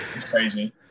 crazy